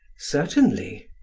certainly.